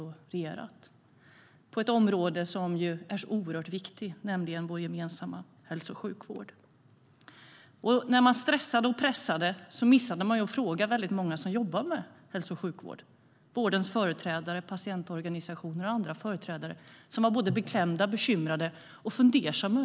Det gäller ett område som är så oerhört viktigt, nämligen vår gemensamma hälso och sjukvård. När man stressade och pressade missade man att fråga väldigt många som jobbar med hälso och sjukvård, vårdens företrädare, patientorganisationer och andra företrädare som var beklämda, bekymrade och fundersamma.